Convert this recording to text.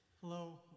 hello